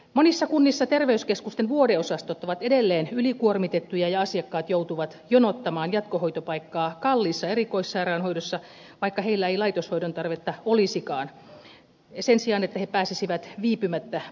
monissa kunnissa terveyskeskusten vuodeosastot ovat edelleen ylikuormitettuja ja asiakkaat joutuvat jonottamaan jatkohoitopaikkaa kalliissa erikoissairaanhoidossa vaikka heillä ei laitoshoidon tarvetta olisikaan sen sijaan että he pääsisivät viipymättä palveluasumiseen